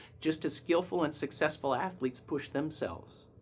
just as skillful and successful athletes push themselves.